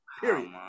Period